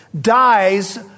dies